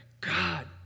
God